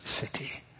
city